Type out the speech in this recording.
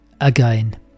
again